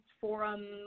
forum